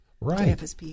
Right